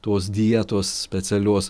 tos dietos specialios